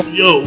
yo